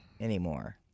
anymore